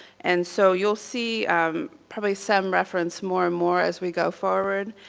and so you'll see probably sem referenced more and more as we go forward,